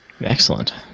Excellent